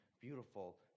beautiful